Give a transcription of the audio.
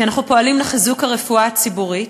כי אנחנו פועלים לחיזוק הרפואה הציבורית